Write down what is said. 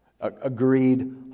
Agreed